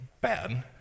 bad